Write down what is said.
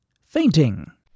fainting